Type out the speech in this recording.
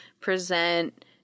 present